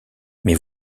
mais